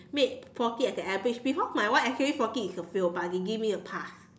made forty as an average because my one actually forty is a fail but they gave me a pass